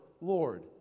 Lord